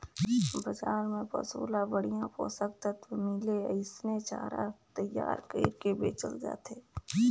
बजार में पसु ल बड़िहा पोषक तत्व मिले ओइसने चारा तईयार कइर के बेचल जाथे